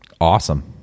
Awesome